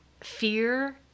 fear